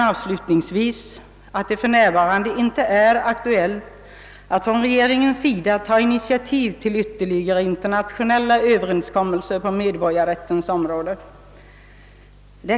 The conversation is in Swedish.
Avslutningsvis säger statsrådet att det för närvarande inte är aktuellt att från regeringens sida ta initiativ till ytterligare internationella överenskommelser på medborgarrättens område.